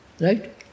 Right